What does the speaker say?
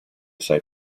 assai